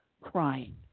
crying